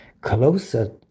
closer